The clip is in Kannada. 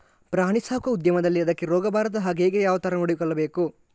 ಪ್ರಾಣಿ ಸಾಕುವ ಉದ್ಯಮದಲ್ಲಿ ಅದಕ್ಕೆ ರೋಗ ಬಾರದ ಹಾಗೆ ಹೇಗೆ ಯಾವ ತರ ನೋಡಿಕೊಳ್ಳಬೇಕು?